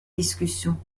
discussions